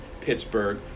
Pittsburgh